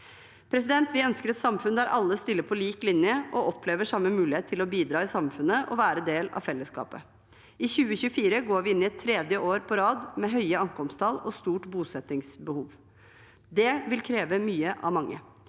diskriminering. Vi ønsker et samfunn der alle stiller på lik linje og opplever samme mulighet til å bidra i samfunnet og være en del av fellesskapet. I 2024 går vi inn i tredje år på rad med høye ankomsttall og stort bosettingsbehov. Det vil kreve mye av mange.